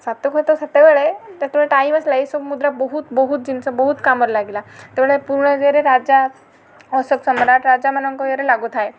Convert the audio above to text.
ସତକୁ ସତ ସେତେବେଳେ ଯେତେବେଳେ ଟାଇମ୍ ଆସିଲା ଏହିସବୁ ମୁଦ୍ରା ବହୁତ ବହୁତ ଜିନିଷ ବହୁତ କାମରେ ଲାଗିଲା ସେତେବେଳେ ପୁରୁଣା ଇଏରେ ରାଜା ଅଶୋକ ସମ୍ରାଟ ରାଜାମାନଙ୍କ ଇଏରେ ଲାଗୁଥାଏ